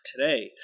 today